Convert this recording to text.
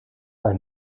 are